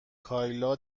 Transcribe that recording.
کایلا